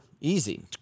easy